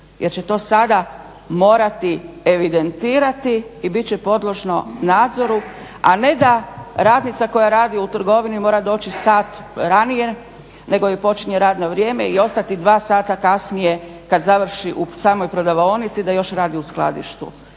jer će to sada morati evidentirati i bit će podložno nadzoru, a ne da radnica koja radi u trgovini mora doći sat ranije nego joj počinje radno vrijeme i ostati dva sata kasnije kada završi u samoj prodavaonici da još radi u skladištu